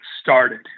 started